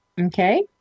okay